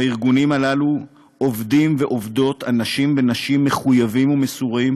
בארגונים הללו עובדים ועובדות אנשים ונשים מחויבים ומסורים,